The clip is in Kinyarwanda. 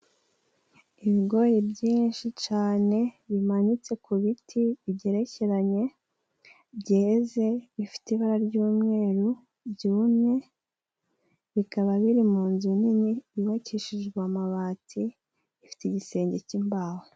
Ibigori byinshi cane, bimanitse ku biti bigerekeranye, byeze, bifite ibara ry'umweru, byumye, bikaba biri mu nzu nini, yubakishijwe amabati, ifite igisenge cy'imbaho.